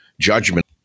judgment